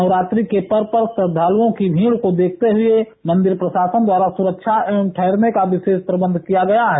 नवरात्रि के पर्व पर श्रद्दालुओं को भीड़ को देखते हुए मंदिर प्रशासन द्वारा सुरक्षा एवं ठहरने का विरोष प्रबंध किया गया है